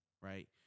right